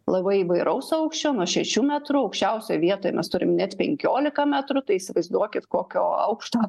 labai įvairaus aukščio nuo šešių metrų aukščiausioj vietoj mes turim net penkiolika metrų tai įsivaizduokit kokio aukšto